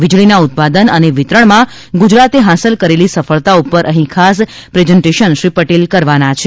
વીજળીના ઉત્પાદન અને વિતરણમાં ગુજરાતે હાંસલ કરેલી સફળતા ઊપર અહીં ખાસ પ્રેઝન્ટેશન શ્રી પટેલ કરવાના છે